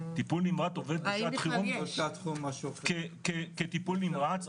טיפול נמרץ עובד בשעת חירום כטיפול נמרץ,